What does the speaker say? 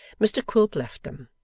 mr quilp left them,